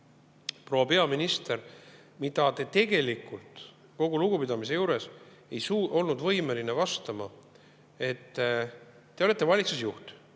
proua peaminister, millele te tegelikult, kogu lugupidamise juures, ei olnud võimeline vastama. Te olete valitsusjuht.